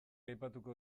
aipatuko